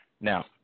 Now